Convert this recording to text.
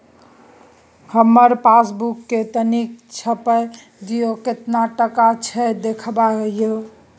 हमर पासबुक के तनिक छाय्प दियो, केतना टका अछि देखबाक ये?